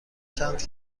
چند